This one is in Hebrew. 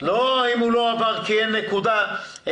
לא אם הוא לא עבר כי אין נקודה והוא